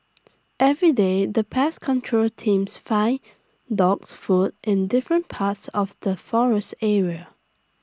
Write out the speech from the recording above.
everyday the pest control teams finds dogs food in different parts of the forest area